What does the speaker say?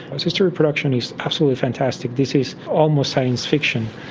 assisted reproduction is absolutely fantastic, this is almost science fiction,